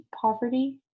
poverty